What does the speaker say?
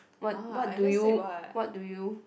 what what do you what do you